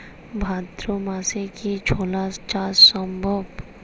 ভাদ্র মাসে কি ছোলা চাষ সম্ভব?